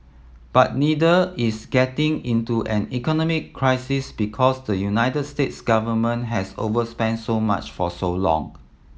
but neither is getting into an economic crisis because the United States government has overspent so much for so long